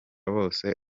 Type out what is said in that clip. bose